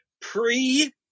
pre